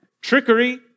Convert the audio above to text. Trickery